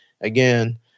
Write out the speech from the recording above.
again